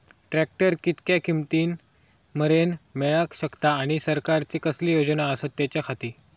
Tractor कितक्या किमती मरेन मेळाक शकता आनी सरकारचे कसले योजना आसत त्याच्याखाती?